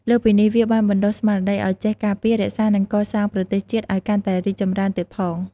លើសពីនេះ វាបានបណ្ដុះស្មារតីឲ្យចេះការពារ រក្សា និងកសាងប្រទេសជាតិឲ្យកាន់តែរីកចម្រើនទៀតផង។